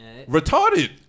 Retarded